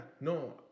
no